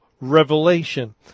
Revelation